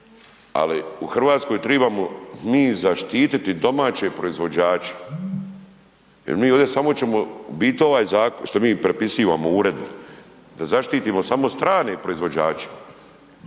Ali u RH tribamo mi zaštititi domaće proizvođače jel mi ovdje samo ćemo, u biti ovaj zakon, što mi prepisivamo uredbu da zaštitimo samo strane proizvođače,